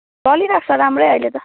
चलिरहेको छ राम्रै अहिले त